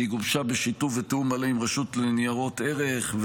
היא גובשה בשיתוף ובתיאום מלא עם הרשות לניירות ערך,